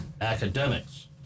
Academics